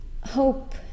hope